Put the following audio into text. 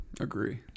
Agree